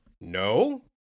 No